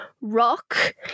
rock